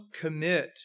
commit